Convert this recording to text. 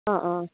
অঁ অঁ